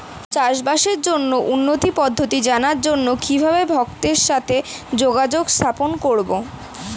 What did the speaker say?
চাষবাসের জন্য উন্নতি পদ্ধতি জানার জন্য কিভাবে ভক্তের সাথে যোগাযোগ স্থাপন করব?